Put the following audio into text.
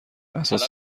اساس